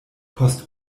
post